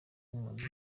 impunzi